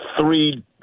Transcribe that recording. three